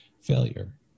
failure